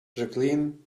jacqueline